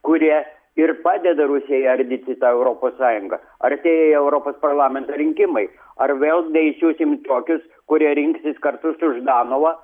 kurie ir padeda rusijai ardyti tą europos sąjungą artėja europos parlamento rinkimai ar vėl neišsiųsim tokius kurie rinksis kartu su ždanova